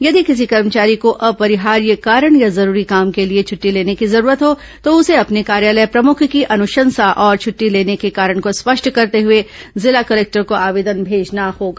यदि किसी कर्मचारी को अपरिहार्य कारण या जरूरी काम के लिए छुट्टी लेने की जरूरत हो तो उसे अपने कार्यालय प्रमुख की अनुशंसा और छुट्टी लेने के कारण को स्पष्ट करर्ते हुए जिला कलेक्टर को आवेदन भेजना होगा